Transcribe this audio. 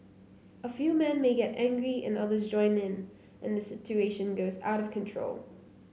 a few men may get angry and others join in and the situation goes out of control